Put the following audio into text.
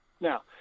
Now